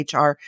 HR